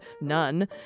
none